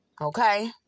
Okay